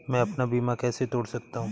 मैं अपना बीमा कैसे तोड़ सकता हूँ?